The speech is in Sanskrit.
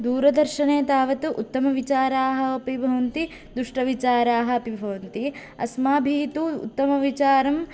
दूरदर्शने तावत् उत्तमविचाराः अपि भवन्ति दुष्टविचाराः अपि भवन्ति अस्माभिः तु उत्तमचिवारं